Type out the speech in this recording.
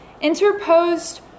interposed